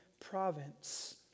province